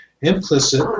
Implicit